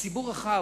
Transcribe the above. רחב,